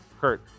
kurt